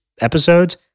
episodes